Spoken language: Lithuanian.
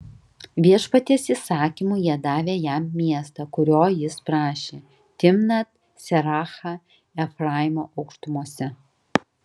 viešpaties įsakymu jie davė jam miestą kurio jis prašė timnat serachą efraimo aukštumose